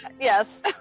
Yes